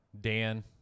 Dan